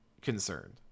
concerned